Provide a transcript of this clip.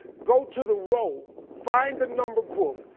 go to the row, find the number book,